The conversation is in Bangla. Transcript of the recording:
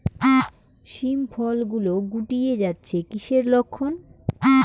শিম ফল গুলো গুটিয়ে যাচ্ছে কিসের লক্ষন?